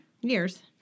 Years